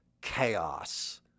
chaos